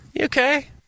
Okay